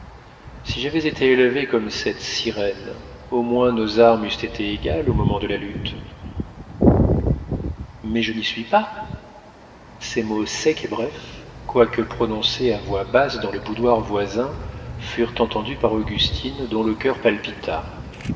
si j'avais été élevée comme cette sirène au moins nos armes eussent été égales au moment de la lutte mais je n'y suis pas ces mots secs et brefs quoique prononcés à voix basse dans le boudoir voisin furent entendus par augustine dont le coeur palpita